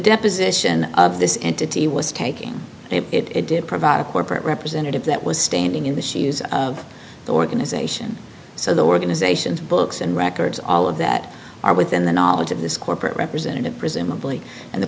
deposition of this into t was taking it did provide a corporate representative that was standing in the shoes of the organization so the organizations books and records all of that are within the knowledge of this corporate representative presumably and the